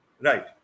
Right